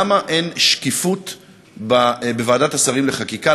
למה אין שקיפות בוועדת השרים לחקיקה?